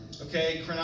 Okay